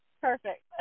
Perfect